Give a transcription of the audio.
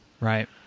Right